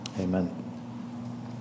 amen